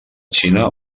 xina